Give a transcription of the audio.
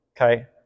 okay